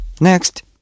next